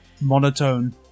monotone